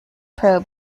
probe